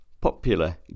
popular